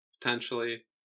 potentially